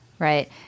Right